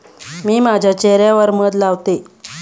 मी माझ्या चेह यावर मध लावते